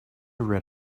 red